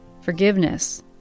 Forgiveness